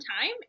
time